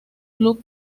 club